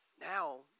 Now